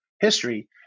history